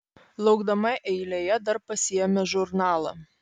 laukdama eilėje dar pasiėmė žurnalą